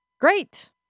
great